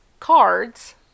cards